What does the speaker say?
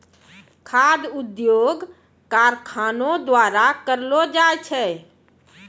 खाद्य उद्योग कारखानो द्वारा करलो जाय छै